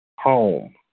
Home